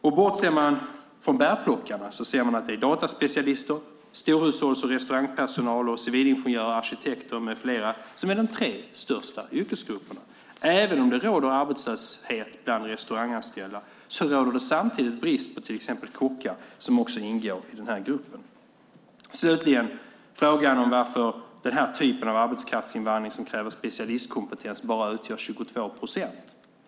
Bortser man från bärplockarna ser man att det är dataspecialister, storhushålls och restaurangpersonal, civilingenjörer, arkitekter med flera som är de tre största yrkesgrupperna. Även om det råder arbetslöshet bland restauranganställda råder det samtidigt brist på till exempel kockar, som också ingår i den här gruppen. Slutligen har vi frågan varför den typ av arbetskraftsinvandring som kräver specialistkompetens är endast 22 procent.